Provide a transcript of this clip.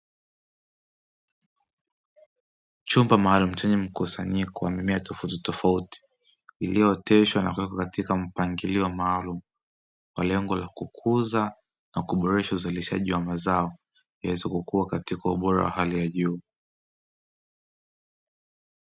Chumba maalum chenye mkusanyiko wa mimea tofautitofauti iliyooteshwa na kuwekwa katika mpangilio maalumu, kwa lengo la kukuza na kuboresha uzalishaji wa mazao yaweze kukua katika ubora wa hali ya juu.